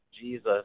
Jesus